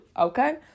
okay